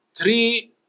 three